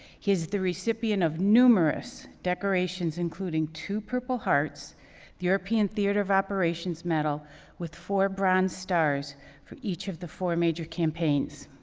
he is the recipient of numerous decorations, including two purple hearts, the european theater of operations medal with four bronze stars for each of the four major campaigns.